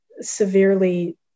severely